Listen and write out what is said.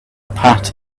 pat